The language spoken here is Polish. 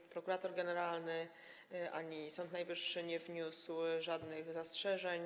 Ani prokurator generalny, ani Sąd Najwyższy nie wnieśli żadnych zastrzeżeń.